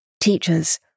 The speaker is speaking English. Teachers